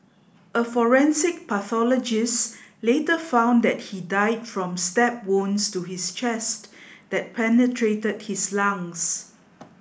a forensic pathologist later found that he died from stab wounds to his chest that penetrated his lungs